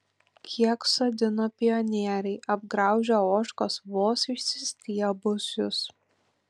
kiek sodino pionieriai apgraužia ožkos vos išsistiebusius